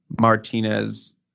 martinez